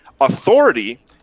Authority